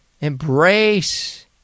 Embrace